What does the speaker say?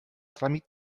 tràmit